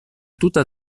tuta